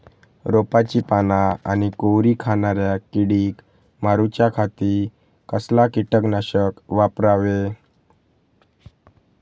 रोपाची पाना आनी कोवरी खाणाऱ्या किडीक मारूच्या खाती कसला किटकनाशक वापरावे?